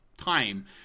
time